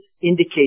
indicate